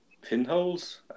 pinholes